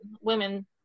women